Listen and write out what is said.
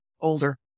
older